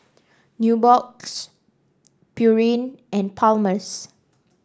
Nubox Pureen and Palmer's